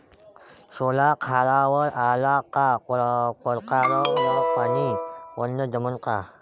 सोला खारावर आला का परकारं न पानी वलनं जमन का?